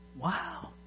Wow